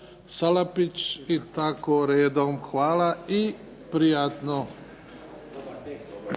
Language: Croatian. Salapić i tako redom. Hvala i prijatno.